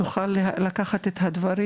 ואני מקווה שתוכל לקחת את הדברים